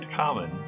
common